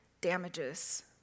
damages